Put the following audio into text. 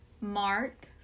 Mark